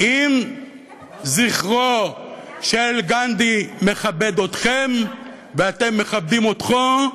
אם זכרו של גנדי מכבד אתכם ואתם מכבדים אותו,